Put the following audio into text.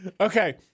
Okay